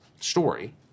story